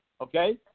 Okay